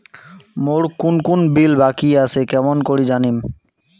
মোর কুন কুন বিল বাকি আসে কেমন করি জানিম?